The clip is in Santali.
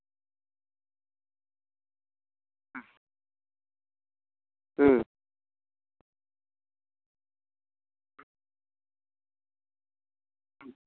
ᱦᱩᱸ